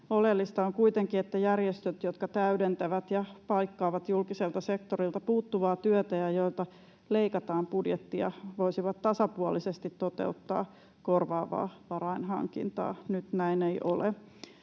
Oleellista on kuitenkin, että järjestöt, jotka täydentävät ja paikkaavat julkiselta sektorilta puuttuvaa työtä ja joilta leikataan budjettia, voisivat tasapuolisesti toteuttaa korvaavaa varainhankintaa — nyt näin ei ole.